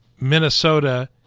Minnesota